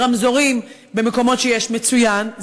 רמזורים, במקומות שיש, מצוין.